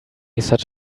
such